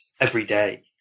everyday